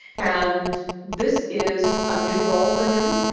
and this is a new role for him.